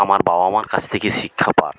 আমার বাবা মার কাছ থেকে শিক্ষা পাঠ